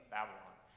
Babylon